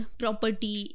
property